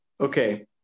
Okay